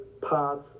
parts